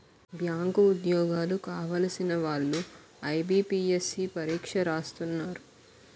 bank ఉద్యోగాలు కావలసిన వాళ్లు ఐబీపీఎస్సీ పరీక్ష రాస్తున్నారు